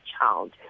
child